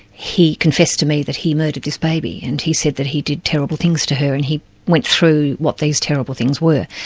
he confessed to me that he murdered this baby, and he said that he did terrible things to her', and he went through what these terrible things were.